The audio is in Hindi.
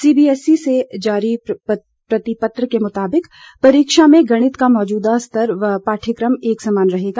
सीबीएसई से जारी परिपत्र को मुताबिक परीक्षा में गणित का मौजूदा स्तर व पाठयकम एक समान रहेगा